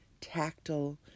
tactile